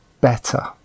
better